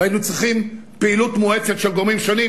והיינו צריכים פעילות מואצת של גורמים שונים,